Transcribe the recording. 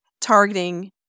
targeting